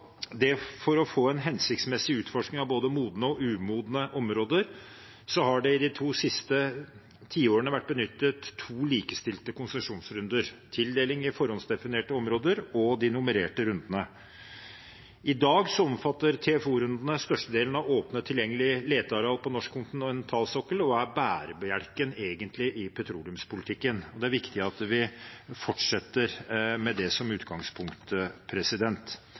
umodne områder har det de to siste tiårene vært benyttet to likestilte konsesjonsrunder: tildeling i forhåndsdefinerte områder og de nummererte rundene. I dag omfatter TFO-rundene størstedelen av åpne tilgjengelige leteareal på norsk kontinentalsokkel og er egentlig bærebjelken i petroleumspolitikken. Det er viktig at vi fortsetter med det som utgangspunkt.